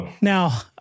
Now